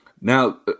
Now